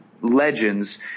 legends